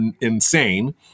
insane